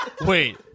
Wait